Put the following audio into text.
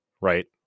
right